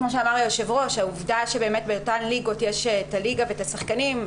כמו שאמר היו"ר שהעובדה שבאמת באותן ליגות יש את הליגה ואת השחקנים,